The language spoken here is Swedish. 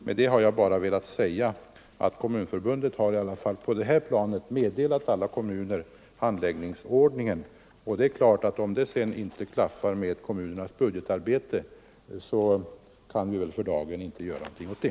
Med detta har jag bara velat säga att Kommunförbundet i alla fall har meddelat alla kommuner handläggningsordningen, och om det sedan inte klaffar med kommunernas budgetarbete kan vi för dagen inte göra något åt det.